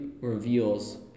reveals